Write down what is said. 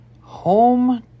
Home